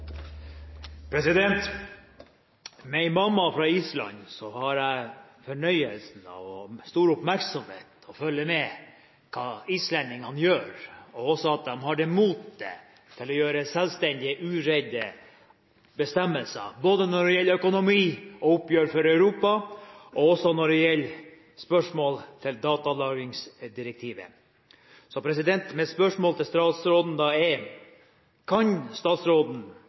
valget. Med en mamma fra Island har jeg fornøyelsen av med stor oppmerksomhet å følge med på hva islendingene gjør, og også at de har det motet til å ta selvstendige, uredde bestemmelser både når det gjelder økonomi og oppgjør overfor Europa, og når det gjelder spørsmål angående datalagringsdirektivet. Så mitt spørsmål til statsråden er da: «Kan statsråden